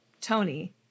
Tony